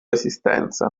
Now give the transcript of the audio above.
esistenza